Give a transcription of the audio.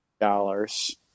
dollars